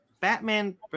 Batman